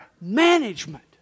management